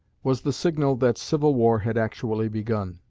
was the signal that civil war had actually begun.